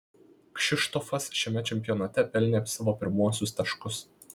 kšištofas šiame čempionate pelnė savo pirmuosius taškus